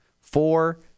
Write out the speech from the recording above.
Four